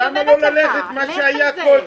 למה לא ללכת מה שהיה קודם?